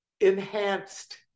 enhanced